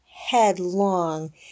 headlong